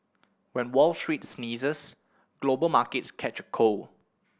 when Wall Street sneezes global markets catch a cold